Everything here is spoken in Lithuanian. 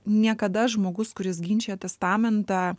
niekada žmogus kuris ginčija testamentą